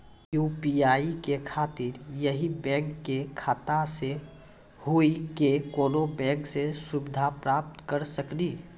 UPI के खातिर यही बैंक के खाता से हुई की कोनो बैंक से सुविधा प्राप्त करऽ सकनी?